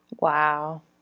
Wow